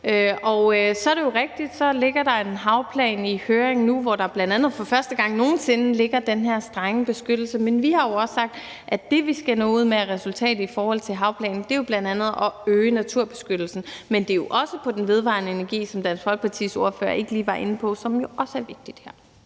Så er det rigtigt, at der ligger en havplan i høring nu, hvor der bl.a. for første gang nogen sinde ligger den her strenge beskyttelse. Men vi har jo også sagt, at det resultat, vi skal ende ud med i forhold til havplanen, jo bl.a. er at øge naturbeskyttelsen; men det er også i forhold til den vedvarende energi, som Dansk Folkepartis ordfører ikke lige var inde på, som jo også er vigtig her.